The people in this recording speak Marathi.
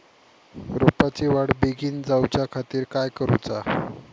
रोपाची वाढ बिगीन जाऊच्या खातीर काय करुचा?